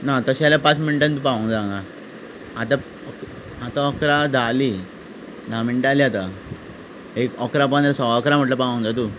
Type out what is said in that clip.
ना तशें जाल्यार पांच मिनटान पावों जाय हांगा आतां इकरा धा जाली धा मिनटां जालीं आतां एक इकरा पंदरा सवा इकरा म्हणल्यार पावूंक जाय तूं